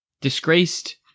disgraced